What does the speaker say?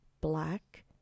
black